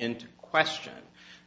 into question